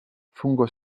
fungo